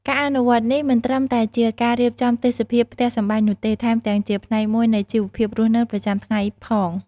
ការអនុវត្តនេះមិនត្រឹមតែជាការរៀបចំទេសភាពផ្ទះសម្បែងនោះទេ ថែមទាំងជាផ្នែកមួយនៃជីវភាពរស់នៅប្រចាំថ្ងៃផង។